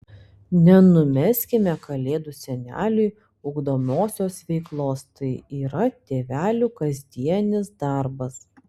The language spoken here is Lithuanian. nenumeskime kalėdų seneliui ugdomosios veiklos tai yra tėvelių kasdienis darbas